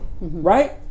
right